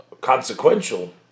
consequential